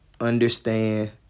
understand